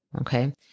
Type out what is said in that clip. okay